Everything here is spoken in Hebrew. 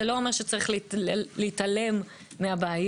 זה לא אומר שצריך להתעלם מהבעיות,